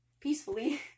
peacefully